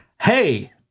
hey